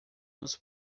nos